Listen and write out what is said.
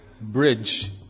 bridge